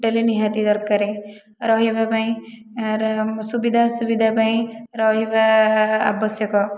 hotel ନିହାତି ଦରକାର ରହିବା ପାଇଁ ସୁବିଧା ଅସୁବିଧା ପାଇଁ ରହିବା ଆବଶ୍ୟକ